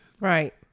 right